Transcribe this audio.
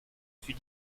fut